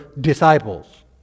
disciples